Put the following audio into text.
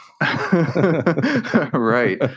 Right